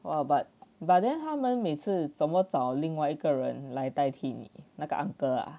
!wah! but but then 他们每次怎么找另外一个人来代替你那个 uncle ah